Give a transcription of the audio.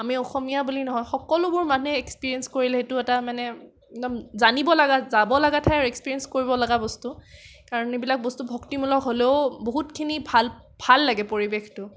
আমি অসমীয়া বুলি নহয় সকলোবোৰ মানুহে এক্সপেৰিয়েঞ্চ কৰিলে সেইটো এটা মানে একদম জানিবলগা যাবলগা ঠাই আৰু এক্সপেৰিয়েঞ্চ কৰিব লগা বস্তু কাৰণ সেইবিলাক বস্তু ভক্তিমূলক হ'লেও বহুতখিনি ভাল লাগে পৰিৱেশটো